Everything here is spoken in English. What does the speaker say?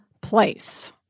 place